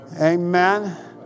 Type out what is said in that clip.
Amen